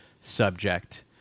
subject